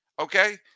Okay